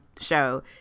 show